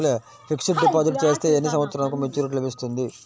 Fixed deposit చేస్తే ఎన్ని సంవత్సరంకు మెచూరిటీ లభిస్తుంది?